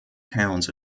towns